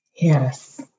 Yes